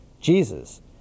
Jesus